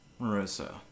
Marissa